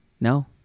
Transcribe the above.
no